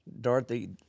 Dorothy